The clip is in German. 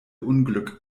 unglück